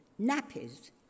nappies